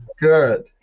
Good